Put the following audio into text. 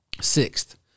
Sixth